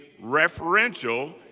referential